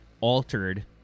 altered